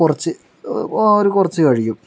കുറച്ച് ഒരു കുറച്ചു കഴിക്കും